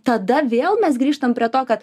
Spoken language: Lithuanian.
tada vėl mes grįžtam prie to kad